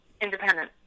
independent